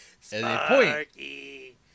Sparky